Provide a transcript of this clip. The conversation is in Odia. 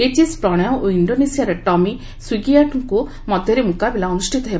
ଏଚ୍ଏସ୍ ପ୍ରଣୟ ଓ ଇଣ୍ଡୋନେସିଆର ଟମି ସୁଗିଆର୍ଟୋଙ୍କ ମଧ୍ୟରେ ମୁକାବିଲା ଅନୁଷ୍ଠିତ ହେବ